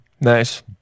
Nice